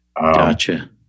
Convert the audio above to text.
Gotcha